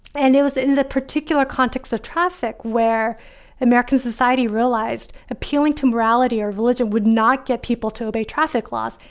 and it was in the particular context of traffic where american society realized appealing to morality or village and would not get people to obey traffic laws.